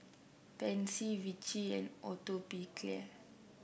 Pansy Vichy and Atopiclair